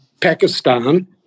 Pakistan